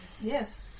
Yes